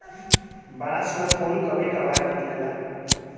बांस में फुल कभी कभार निकलेला